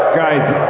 guys,